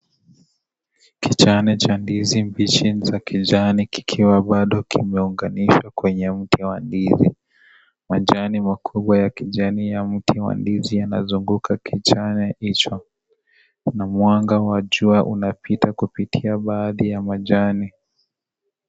Kijani cha ndizi mbichi ya kijani kikiwa bado kimeunganishwa kwenye mti wa ndizi. Majani makubwa ya kijani ya mti wa ndizi yanazunguka kijani hicho na mwanga wa jua inapita kupitia baadhi ya majani.